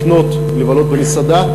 לקנות ולבלות במסעדה.